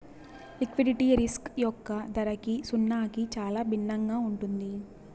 liquidity risk యొక్క ధరకి సున్నాకి చాలా భిన్నంగా ఉంటుంది